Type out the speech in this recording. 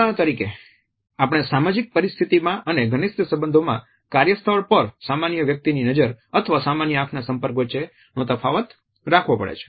ઉદાહરણ તરીકે આપણે સામાજિક પરિસ્થિતિમાં અને ઘનિષ્ઠ સંબંધોમાં કાર્યસ્થળ પર સામાન્ય વ્યક્તિની નજર અથવા સામાન્ય આંખના સંપર્ક વચ્ચેનો તફાવત રાખવો પડે